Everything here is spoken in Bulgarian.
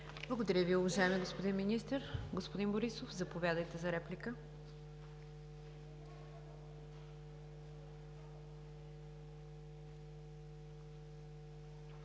Благодаря Ви, уважаеми господин Министър. Господин Борисов, заповядайте за реплика.